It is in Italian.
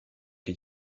che